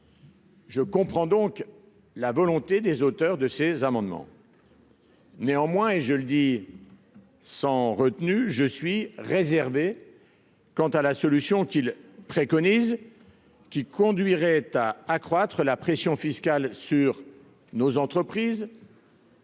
Je comprends donc la volonté des auteurs de ces amendements. Néanmoins, je le dis franchement, je suis réservé sur la solution qu'ils préconisent, qui conduirait à accroître la pression fiscale sur nos entreprises,